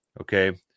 okay